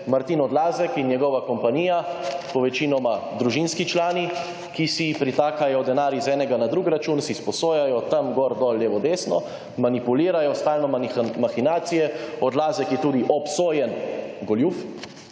Martin Odlazek in njegova kompanija, po večinoma družinski člani, ki si pretakajo denar iz enega na drug račun, si sposojajo, tam, gor, dol, levo, desno, manipulirajo, stalno mahinacije. Odlazek je tudi obsojen goljuf